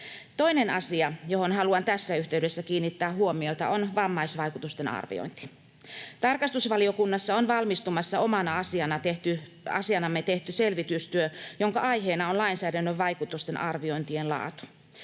Toinen asia, johon haluan tässä yhteydessä kiinnittää huomiota, on vammaisvaikutusten arviointi. Tarkastusvaliokunnassa on valmistumassa omana asianamme tehty selvitystyö, jonka aiheena on lainsäädännön vaikutusten arviointien laatu.